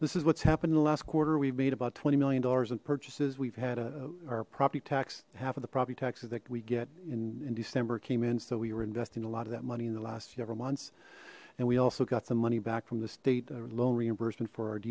this is what's happened in the last quarter we've made about twenty million dollars in purchases we've had a our property tax half of the property taxes that we get in december came in so we were investing a lot of that money in the last several months and we also got some money back from the state loan reimbursement for